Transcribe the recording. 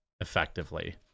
effectively